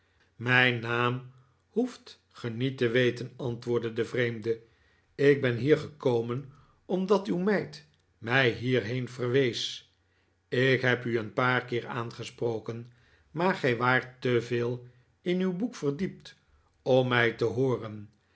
mijn naam hoeft ge niet te weten antwoordde de vreemde lk ben hier gekomen omdat uw meid mij hierheen verwees ik heb u een paar keer aangesproken maar gij waart te veel in uw boek verdie pt om mij te hooren